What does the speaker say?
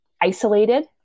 isolated